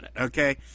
Okay